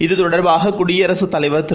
இதுதொடர்பாககுடியரசுத் தலைவர் திரு